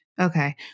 Okay